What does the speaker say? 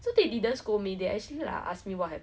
the O_M ah the